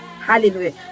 Hallelujah